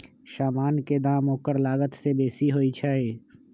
समान के दाम ओकर लागत से बेशी होइ छइ